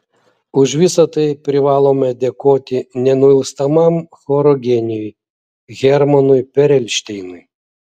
už visa tai privalome dėkoti nenuilstamam choro genijui hermanui perelšteinui